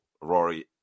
Rory